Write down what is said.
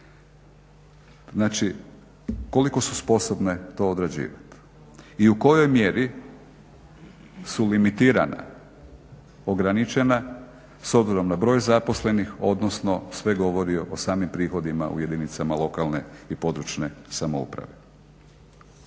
znači koliko su sposobne to odrađivati i u kojoj mjeri su limitirana ograničena s obzirom na broj zaposlenih odnosno sve govori o samim prihodima u jedinicama lokalne i područne samouprave.